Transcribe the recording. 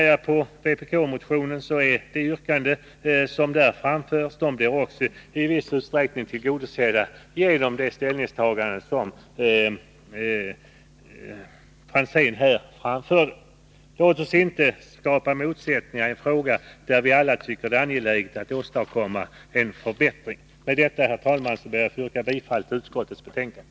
Vad gäller de yrkanden som framförs i vpk-motionen har också dessa i viss utsträckning blivit tillgodosedda, vilket framgick av det ställningstagande som Tommy Franzén nu redovisade. Låt oss inte skapa motsättningar i en fråga där vi alla anser att det är angeläget att åstadkomma en förbättring. Med detta, herr talman, ber jag att få yrka bifall till utskottets framställan.